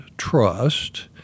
Trust